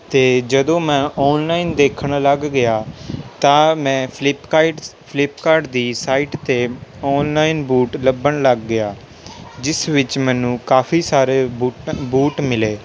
ਅਤੇ ਜਦੋਂ ਮੈਂ ਔਨਲਾਈਨ ਦੇਖਣ ਲੱਗ ਗਿਆ ਤਾਂ ਮੈਂ ਫਲਿੱਪਕਾਰਡ ਦੀ ਸਾਈਟ 'ਤੇ ਔਨਲਾਈਨ ਬੂਟ ਲੱਭਣ ਲੱਗ ਗਿਆ ਜਿਸ ਵਿੱਚ ਮੈਨੂੰ ਕਾਫੀ ਸਾਰੇ ਬੂਟਾਂ ਬੂਟ ਮਿਲੇ